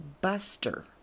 Buster